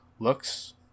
looks